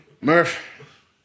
Murph